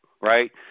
right